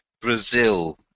Brazil